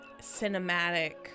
cinematic